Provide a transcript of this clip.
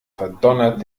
verdonnert